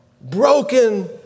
broken